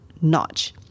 notch